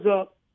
up